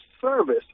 service